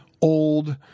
old